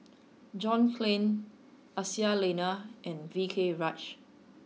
John Clang Aisyah Lyana and V K Rajah